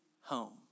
home